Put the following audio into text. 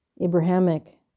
Abrahamic